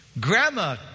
grandma